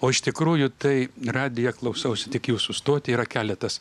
o iš tikrųjų tai radiją klausausi tik jūsų stotį yra keletas